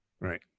Right